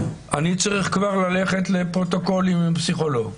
אני צריך כבר ללכת לפרוטוקולים עם פסיכולוג.